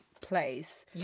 place